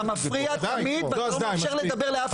אתה מפריע תמיד, ואתה לא מאפשר לאף אחד לדבר.